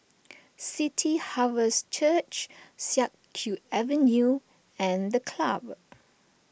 City Harvest Church Siak Kew Avenue and the Club